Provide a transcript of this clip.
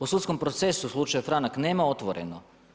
O sudskom procesu slučaj franak nema Otvoreno.